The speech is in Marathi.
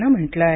नं म्हटलं आहे